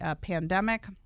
pandemic